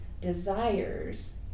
desires